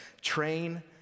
Train